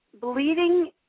bleeding